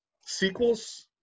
sequels